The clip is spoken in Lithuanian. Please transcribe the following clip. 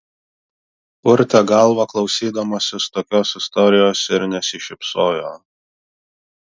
purtė galvą klausydamasis tokios istorijos ir nesišypsojo